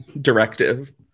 directive